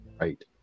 right